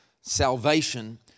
salvation